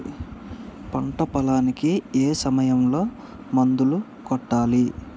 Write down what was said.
పంట పొలానికి ఏ సమయంలో మందులు కొట్టాలి?